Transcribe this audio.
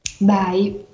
Bye